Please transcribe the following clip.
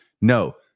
No